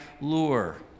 lure